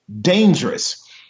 dangerous